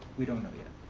we don't know yet.